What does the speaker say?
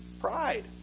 Pride